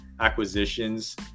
Acquisitions